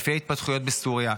לפי ההתפתחויות בסוריה,